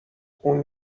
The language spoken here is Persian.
اون